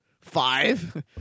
Five